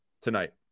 tonight